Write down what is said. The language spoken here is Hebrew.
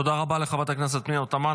תודה רבה לחברת הכנסת פנינה תמנו.